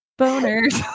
boners